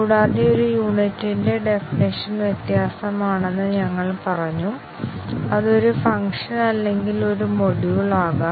കൂടാതെ ഒരു യൂണിറ്റിന്റെ ഡെഫിനീഷൻ വ്യത്യസ്തമാണെന്ന് ഞങ്ങൾ പറഞ്ഞു അത് ഒരു ഫംഗ്ഷൻ അല്ലെങ്കിൽ ഒരു മൊഡ്യൂൾ ആകാം